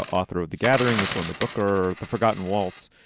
ah author of the gathering, which won the booker the forgotten waltz,